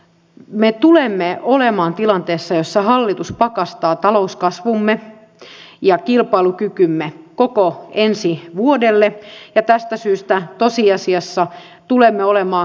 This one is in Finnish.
yksinkertaisuudessaan me tulemme olemaan tilanteessa jossa hallitus pakastaa talouskasvumme ja kilpailukykymme koko ensi vuodelle ja tästä syystä tosiasiassa tulemme olemaan kurjistuvassa kehässä